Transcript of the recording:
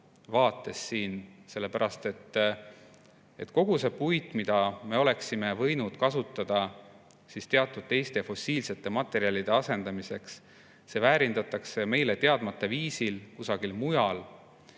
vaates mõistlikud, kui kogu see puit, mida me oleksime võinud kasutada teatud teiste fossiilsete materjalide asendamiseks, väärindatakse meile teadmata viisil kusagil mujal.